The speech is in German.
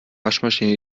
waschmaschine